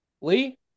Lee